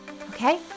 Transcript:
okay